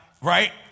right